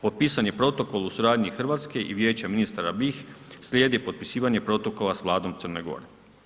Potpisan je protokol u suradnji Hrvatske i vijeća ministara BiH, slijedi potpisivanje protokola s vladom Crne Gore.